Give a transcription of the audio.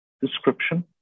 description